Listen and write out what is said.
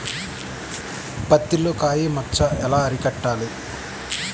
పత్తిలో కాయ మచ్చ ఎలా అరికట్టాలి?